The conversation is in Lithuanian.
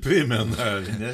primena ar ne